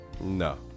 No